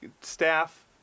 staff